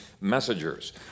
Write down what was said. messengers